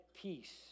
peace